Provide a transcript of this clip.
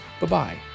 Bye-bye